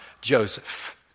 Joseph